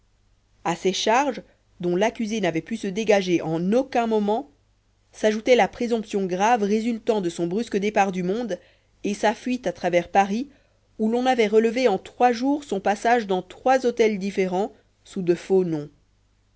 ces charges dont l'accusé n'avait pu se dégager en aucun moment s'ajoutait la présomption grave résultant de son brusque départ du monde et sa fuite à travers paris où l'on avait relevé en trois jours son passage dans trois hôtels différents sous de faux noms